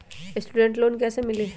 Student loan कैसे मिली?